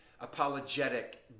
apologetic